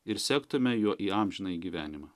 ir sektume juo į amžinąjį gyvenimą